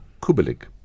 Kubelik